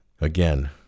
Again